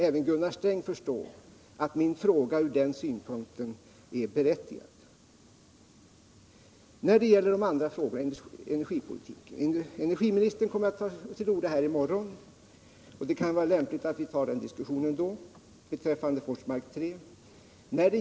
Även Gunnar Sträng må förstå att min fråga från den synpunkten är berättigad. När det gäller frågorna om energipolitiken vill jag påpeka att energiministern kommer att ta till orda här i morgon. Det kan vara lämpligt att ta diskussionen beträffande Forsmark 3 då.